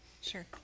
Sure